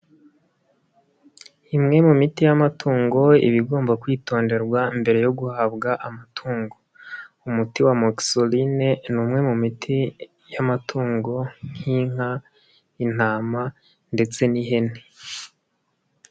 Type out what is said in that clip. Imwe mu miti y'amatungo iba igomba kwitonderwa mbere yo guhabwa amatungo. Umuti wa moxyline ni umwe mu miti y'amatungo nk'inka, intama ndetse n'ihene.